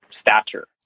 stature